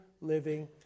living